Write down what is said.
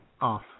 off